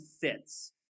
fits